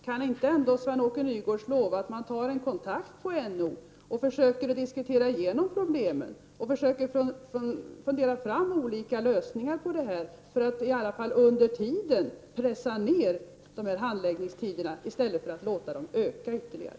Kan inte Sven-Åke Nygårds lova att en kontakt skall tas med NO och att man skall försöka diskutera igenom problemen och fundera fram olika lösningar på dem? Under tiden skulle handläggningstiderna kunna pressas ner i stället för att man låter dem öka ytterligare.